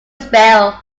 spill